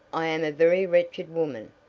i am a very wretched woman,